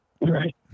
Right